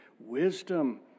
wisdom